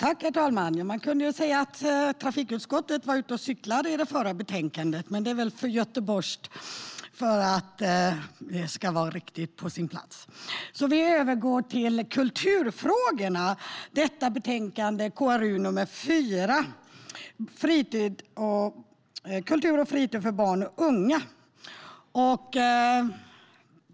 Herr talman! Man skulle kunna säga att trafikutskottet var ute och cyklade i det förra betänkandet, men det är väl för göteborgskt för att det ska vara riktigt på sin plats. Vi övergår till kulturfrågorna i betänkande KrU4 Kultur och fritid för barn och unga .